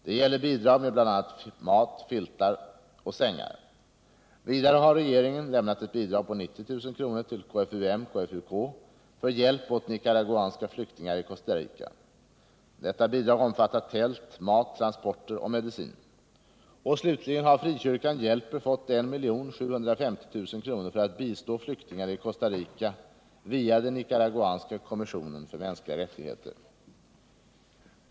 Det gäller bidrag med bl.a. mat, filtar och sängar. Vidare har regeringen lämnat ett bidrag på 90 000 kr. till KFUM/KFUK för hjälp åt nicaraguanska flyktingar i Costa Rica. Detta bidrag omfattar tält, mat, transporter och medicin. Slutligen har Frikyrkan hjälper fått 1 750 000 kr. för att bistå flyktingar i Costa Rica via den nicaraguanska kommissionen för mänskliga rättigheter.